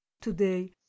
today